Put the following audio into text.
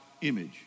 image